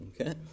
Okay